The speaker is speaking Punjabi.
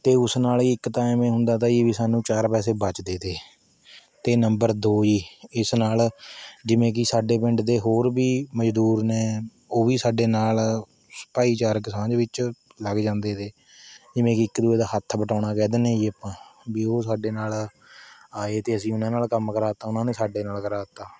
ਅਤੇ ਉਸ ਨਾਲ ਇੱਕ ਤਾਂ ਐਂਵੇ ਹੁੰਦਾ ਤਾ ਜੀ ਵੀ ਸਾਨੂੰ ਚਾਰ ਪੈਸੇ ਬੱਚਦੇ ਤੇ ਅਤੇ ਨੰਬਰ ਦੋ ਜੀ ਇਸ ਨਾਲ ਜਿਵੇਂ ਕਿ ਸਾਡੇ ਪਿੰਡ ਦੇ ਹੋਰ ਵੀ ਮਜ਼ਦੂਰ ਨੇ ਉਹ ਵੀ ਸਾਡੇ ਨਾਲ ਭਾਈਚਾਰਕ ਸਾਂਝ ਵਿੱਚ ਲੱਗ ਜਾਂਦੇ ਤੇ ਜਿਵੇਂ ਕਿ ਇੱਕ ਦੂਏ ਦਾ ਹੱਥ ਵਟਾਉਣਾ ਕਹਿ ਦਿੰਦੇ ਹਾਂ ਜੀ ਆਪਾਂ ਵੀ ਉਹ ਸਾਡੇ ਨਾਲ ਆਏ ਅਤੇ ਅਸੀਂ ਉਹਨਾਂ ਨਾਲ ਕੰਮ ਕਰਾਤਾ ਉਹਨਾਂ ਨੇ ਸਾਡੇ ਨਾਲ ਕਰਾਤਾ